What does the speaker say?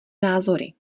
názory